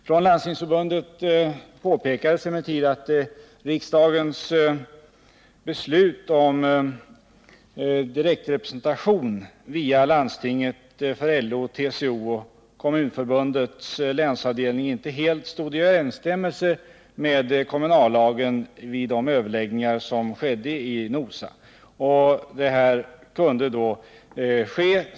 Från Landstingsförbundet påpekades emellertid att riksdagens beslut om direktrepresentation via landstinget för LO, TCO och Kommunförbundets länsavdelning inte helt stod i överensstämmelse med kommunallagen. Enligt denna lag skall proportionella val hållas i landstinget om så begärs av ett visst antal av de närvarande ledamöterna.